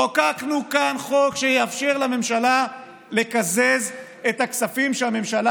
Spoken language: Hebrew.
חוקקנו כאן חוק שיאפשר לממשלה לקזז את הכספים שהממשלה